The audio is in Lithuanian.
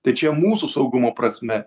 tai čia mūsų saugumo prasme